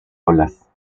olas